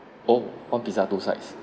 oh one pizza two sides